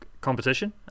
competition